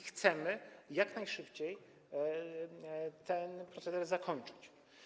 Chcemy jak najszybciej ten proceder zakończyć.